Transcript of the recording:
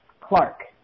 clark